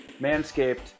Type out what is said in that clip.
Manscaped